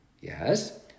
Yes